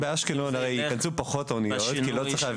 באשקלון יכנסו פחות אוניות כי לא צריך להביא